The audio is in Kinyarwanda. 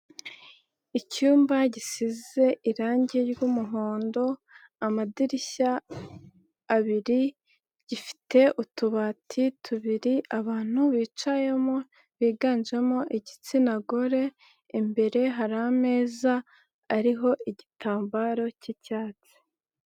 Icyumba gisize irangi ry'umuhondo, amadirishya abiri, gifite utubati tubiri, abantu bicayemo biganjemo igitsina gore, imbere hari ameza ariho igitambaro cy'icyatsi.